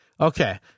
Okay